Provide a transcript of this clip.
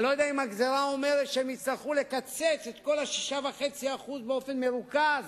אני לא יודע אם הגזירה אומרת שהם יצטרכו לקצץ את כל ה-6.5% באופן מרוכז